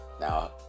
Now